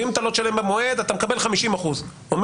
ואם אתה לא תשלם במועד אתה מקבל 50%. אומר